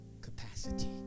capacity